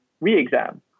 re-exam